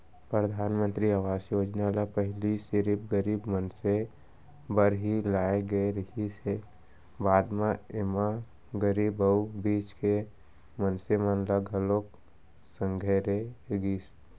परधानमंतरी आवास योजना ल पहिली सिरिफ गरीब मनसे बर ही लाए गे रिहिस हे, बाद म एमा गरीब अउ बीच के मनसे मन ल घलोक संघेरे गिस